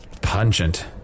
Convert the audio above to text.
Pungent